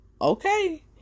okay